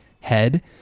head